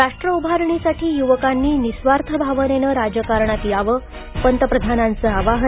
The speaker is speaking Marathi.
राष्ट्र उभारणीसाठी युवकांनी निस्वार्थ भावनेनं राजकारणात यावं पंतप्रधानांचं आवाहन